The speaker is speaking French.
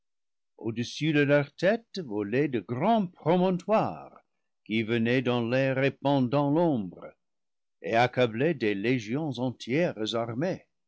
au-dessus de leurs têtes volaient de grands promontoires qui venaient dans l'air répandant l'ombre et accablaient des légions entières armées